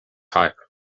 higher